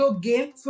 game